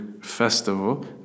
Festival